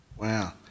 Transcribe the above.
Wow